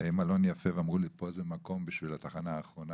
מלון יפה ואמרו לי פה זה מקום בשביל התחנה האחרונה,